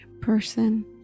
person